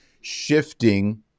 shifting